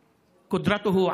(אומר דברים בשפה הערבית,